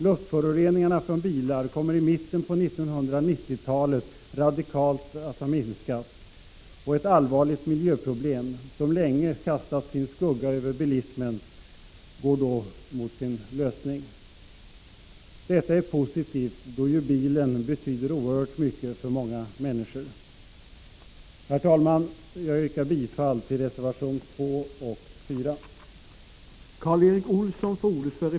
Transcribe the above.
Luftföroreningarna från bilar kommer i mitten av 1990-talet att ha minskat radikalt och ett allvarligt miljöproblem, som länge kastat sin skugga över bilismen, går då mot sin lösning. Detta är positivt, då ju bilen betyder oerhört mycket för många människor. Herr talman! Jag yrkar bifall till reservationerna 2 och 4.